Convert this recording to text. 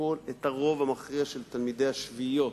את הרוב המכריע של תלמידי השביעיות.